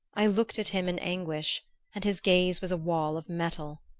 i looked at him in anguish and his gaze was a wall of metal.